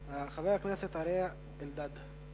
חבר הכנסת אריה אלדד.